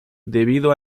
debido